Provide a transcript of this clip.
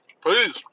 Please